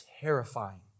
terrifying